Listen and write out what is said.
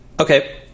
okay